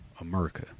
America